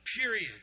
period